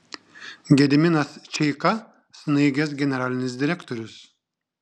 gediminas čeika snaigės generalinis direktorius